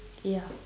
ya